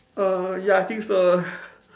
err ya I think so